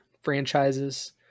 franchises